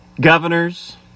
governors